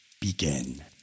begin